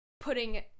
putting